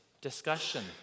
discussion